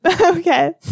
Okay